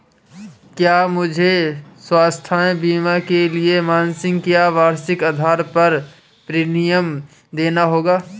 क्या मुझे स्वास्थ्य बीमा के लिए मासिक या वार्षिक आधार पर प्रीमियम देना होगा?